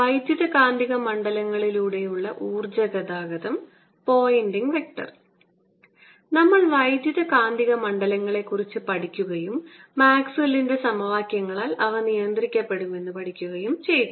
വൈദ്യുതകാന്തിക മണ്ഡലങ്ങളിലൂടെയുള്ള ഊർജ്ജ ഗതാഗതം പോയിന്റിംഗ് വെക്റ്റർ നമ്മൾ വൈദ്യുതകാന്തിക മണ്ഡലങ്ങളെക്കുറിച്ച് പഠിക്കുകയും മാക്സ്വെല്ലിന്റെ സമവാക്യങ്ങളാൽ അവ നിയന്ത്രിക്കപ്പെടുമെന്ന് പഠിക്കുകയും ചെയ്തു